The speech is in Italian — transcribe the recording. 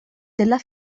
della